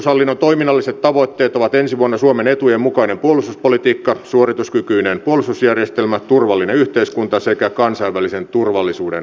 puolustushallinnon toiminnalliset tavoitteet ovat ensi vuonna suomen etujen mukainen puolustuspolitiikka suorituskykyinen puolustusjärjestelmä turvallinen yhteiskunta sekä kansainvälisen turvallisuuden vahvistaminen